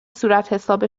صورتحساب